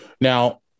Now